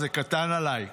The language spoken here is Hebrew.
זה קטן עליי.